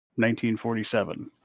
1947